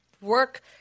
work